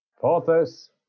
Porthos